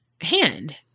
hand